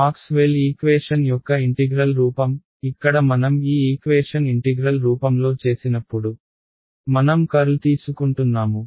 Maxwell equation యొక్క integral రూపం ఇక్కడ మనం ఈ ఈక్వేషన్ ఇంటిగ్రల్ రూపంలో చేసినప్పుడు మనం కర్ల్ తీసుకుంటున్నాము